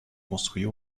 construits